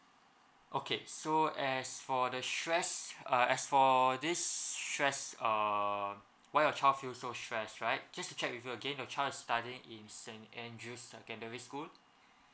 okay so as for the stress err as for this stressed err why your child feel so stress right just to check with you again your child is studying in saint andrew's secondary school